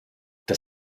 das